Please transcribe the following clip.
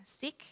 sick